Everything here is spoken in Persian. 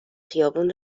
خیابون